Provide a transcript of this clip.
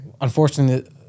unfortunately